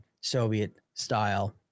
Soviet-style